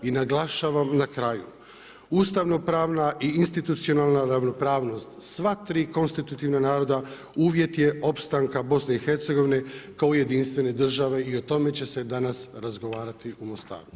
I naglašavam na kraju, ustavnopravna i institucionalna ravnopravnost, sva 3 konstitutivna naroda, uvjet je opstanka BIH kao jedinstvene države i o tome će se danas razgovarati u Mostaru.